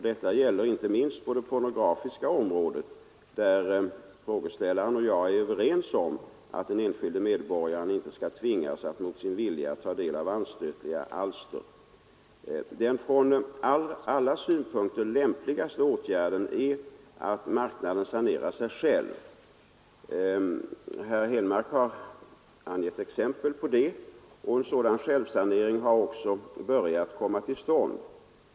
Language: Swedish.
Detta gäller inte minst på det pornografiska området, där frågeställaren och jag är överens om att den enskilde medborgaren inte skall tvingas att mot sin vilja ta del av anstötliga alster. Den från alla synpunkter lämpligaste åtgärden är att marknaden sanerar sig själv. Herr Henmark har angivit exempel på det, och en sådan självsanering har också börjat komma till stånd.